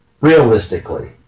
realistically